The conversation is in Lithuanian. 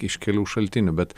iš kelių šaltinių bet